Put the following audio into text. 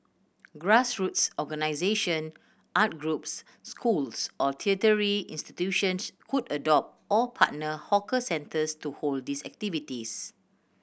grassroots organisation art groups schools or tertiary institutions could adopt or partner hawker centres to hold these activities